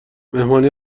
مهمانی